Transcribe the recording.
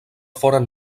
foren